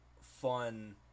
fun